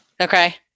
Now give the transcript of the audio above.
Okay